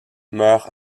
meurt